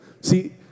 See